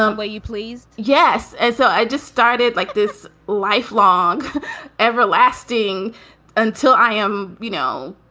ah but you pleased? yes. and so i just started like this lifelong everlasting until i am, you know,